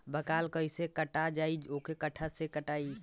बाकला कईसे काटल जाई औरो कट्ठा से कटाई?